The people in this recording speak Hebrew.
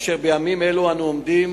אשר בימים אלו אנו עומדים